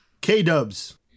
K-dubs